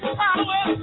power